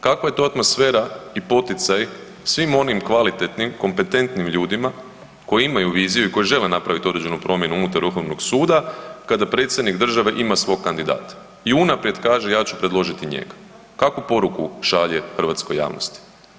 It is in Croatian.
Kakva je to atmosfera i poticaj svim onim kvalitetnim i kompetentnim ljudima koji imaju viziju i koji žele napravit određenu promjenu unutar vrhovnog suda kada predsjednik države ima svog kandidata i unaprijed kaže ja ću predložiti njega, kakvu poruku šalje hrvatskoj javnosti?